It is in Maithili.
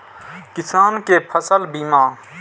किसान कै फसल बीमा?